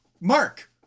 Mark